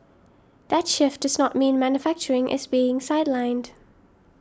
that shift does not mean manufacturing is being sidelined